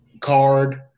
card